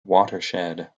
watershed